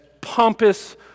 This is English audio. pompous